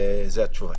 זו התשובה.